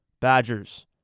Badgers